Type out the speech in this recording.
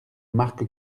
marc